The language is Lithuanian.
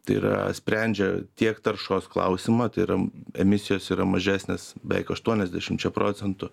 tai yra sprendžia tiek taršos klausimą tai yra emisijos yra mažesnės beveik aštuoniasdešimčia procentų